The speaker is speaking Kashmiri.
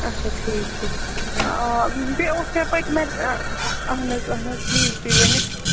اَچھا ٹھیٖک ٹھیٖک آ بیٚیہِ اوس مےٚ پٔتمہِ اَہن حظ اَہن حظ پُلیٖز تُہۍ ؤنِو